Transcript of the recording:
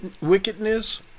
wickedness